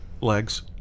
legs